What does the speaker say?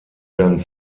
dann